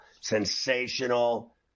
sensational